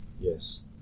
Yes